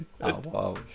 wow